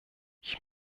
ich